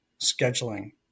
scheduling